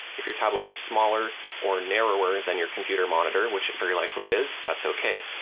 if your tablet is smaller or narrower than your computer monitor, which it very likely is, that's okay.